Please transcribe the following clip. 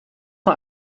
war